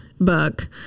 book